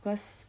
cause